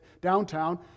downtown